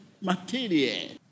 material